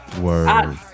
Word